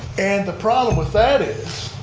and the problem with that is,